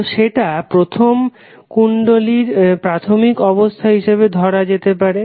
তো সেটা প্রথম কুণ্ডলীর প্রাথমিক অবস্থা হিসাবে ধরা হবে